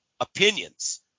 opinions